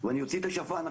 ואני אוציא עכשיו את השפן: